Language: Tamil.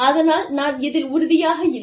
அதனால் நான் இதில் உறுதியாக இல்லை